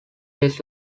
based